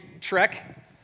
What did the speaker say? trek